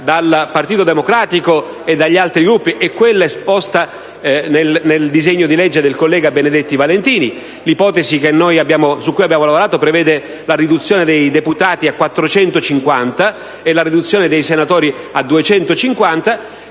dal Partito Democratico e dagli altri Gruppi e quella esposta nel disegno di legge del collega Benedetti Valentini: l'ipotesi su cui abbiamo lavorato prevede la riduzione del numero dei deputati a 450, e la riduzione dei senatori a 250.